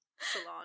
salon